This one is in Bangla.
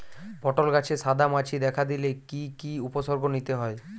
পটল গাছে সাদা মাছি দেখা দিলে কি কি উপসর্গ নিতে হয়?